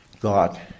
God